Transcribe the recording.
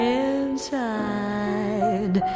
inside